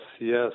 yes